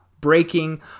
breaking